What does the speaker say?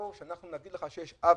וכשנגיד לך שיש עוול,